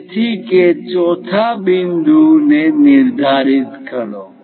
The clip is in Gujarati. તેથી કે ચોથા બિંદુ ને નિર્ધારિત કરો